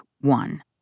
one